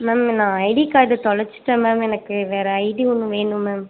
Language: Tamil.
மேம் நான் ஐடி கார்டு தொலைச்சிட்டேன் மேம் எனக்கு வேறு ஐடி ஒன்று வேணும் மேம்